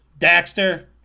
Daxter